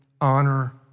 honor